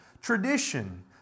tradition